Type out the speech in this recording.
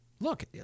look